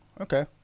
okay